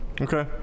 okay